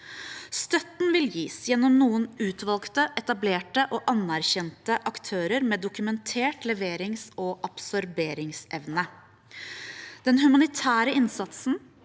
Støtten vil gis gjennom noen utvalgte, etablerte og anerkjente aktører med dokumentert leverings- og absorberingsevne. Den humanitære innsatsen